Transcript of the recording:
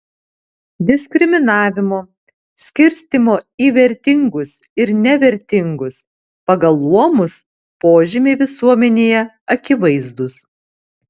diskriminavimo skirstymo į vertingus ir nevertingus pagal luomus požymiai visuomenėje akivaizdūs